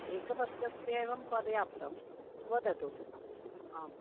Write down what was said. एकवर्षस्य एवं पर्याप्तं वदतु आम्